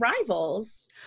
Rivals